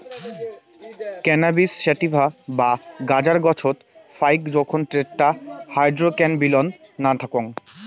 cannabis sativa বা গাঁজার গছত ফাইক জোখন টেট্রাহাইড্রোক্যানাবিনোল না থাকং